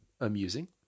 Amusing